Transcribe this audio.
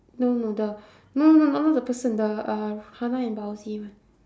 no no the no no no no not the person the uh hana and baozi one